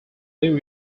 new